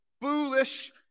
foolish